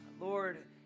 Lord